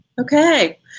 Okay